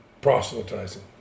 proselytizing